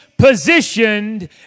positioned